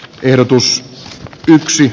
ehdotus yöksi